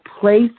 place